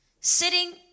sitting